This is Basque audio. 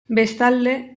bestalde